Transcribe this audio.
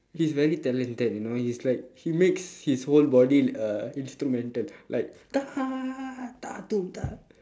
he's very talented you know he's like he makes his whole body uh instrumental like